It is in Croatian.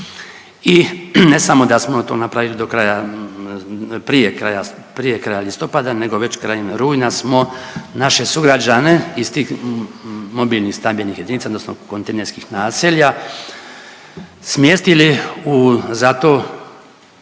I ne samo da smo to napravili do kraja, prije kraja listopada nego već krajem rujna smo naše sugrađane iz tih mobilnih stambenih jedinica odnosno kontejnerskih naselja smjestili u za to